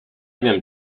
wiem